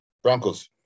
Broncos